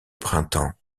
printemps